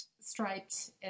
striped